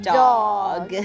dog